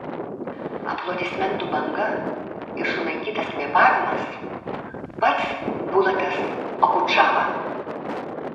aplodismentų banga ir sulaikytas kvėpavimas pats bulatas okudžava